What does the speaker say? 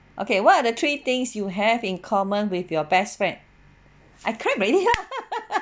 okay what are the three things you have in common with your best friend I can't really hear